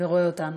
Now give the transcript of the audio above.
ורואה אותנו: